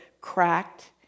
cracked